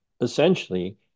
essentially